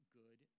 good